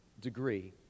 degree